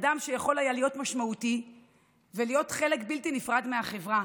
אדם שיכול היה להיות משמעותי ולהיות חלק בלתי נפרד מהחברה,